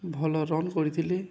ଭଲ ରନ୍ କରିଥିଲି